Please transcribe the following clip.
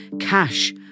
cash